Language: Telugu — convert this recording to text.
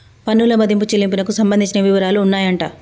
పన్నుల మదింపు చెల్లింపునకు సంబంధించిన వివరాలు ఉన్నాయంట